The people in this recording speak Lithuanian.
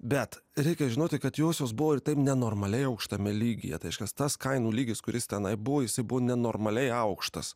bet reikia žinoti kad josios buvo ir taip nenormaliai aukštame lygyje tai reiškias tas kainų lygis kuris tenai buvusi buvo nenormaliai aukštas